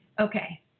Okay